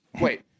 Wait